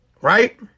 right